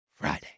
Friday